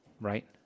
right